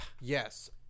Yes